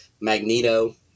Magneto